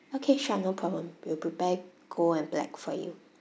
okay sure no problem we'll prepare gold and black for you